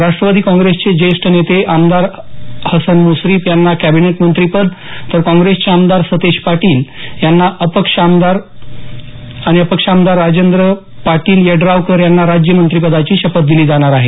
राष्ट्रवादी काँग्रेसचे ज्येष्ठ नेते आमदार हसन मुश्रीफ यांना कॅबिनेट मंत्रिपद तर काँग्रेसचे आमदार सतेज पाटील आणि अपक्ष आमदार राजेंद्र पाटील यड्रावकर यांना राज्यमंत्रीपदाची शपथ दिली जाणार आहे